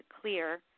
clear